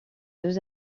deux